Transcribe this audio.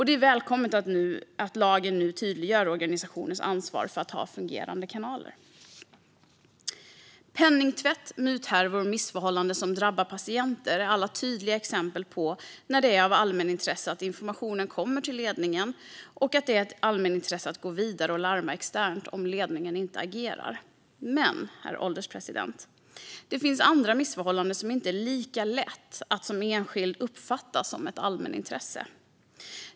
Det är välkommet att lagen nu tydliggör organisationers ansvar för att ha fungerande kanaler. Penningtvätt, muthärvor och missförhållanden som drabbar patienter är alla tydliga exempel där det är av allmänintresse att informationen kommer till ledningen och där det också är av allmänintresse att gå vidare och larma externt om ledningen inte agerar. Herr ålderspresident! Det finns dock andra missförhållanden där det inte är lika lätt att som enskild uppfatta ett allmänintresse.